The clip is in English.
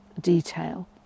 detail